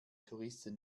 touristen